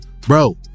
Bro